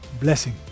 blessing